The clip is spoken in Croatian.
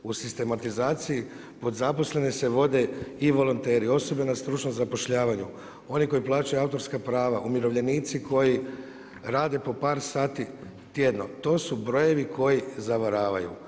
U sistematizaciji pod zaposlene se vode i volonteri, osobe na stručnom zapošljavanju, oni koji plaćaju autorska prava, umirovljenici koji rade po par sati tjedno, to su brojevi koji zavaravaju.